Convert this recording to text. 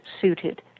suited